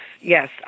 yes